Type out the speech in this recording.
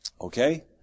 Okay